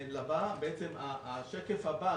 השקף הבא,